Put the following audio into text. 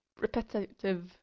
repetitive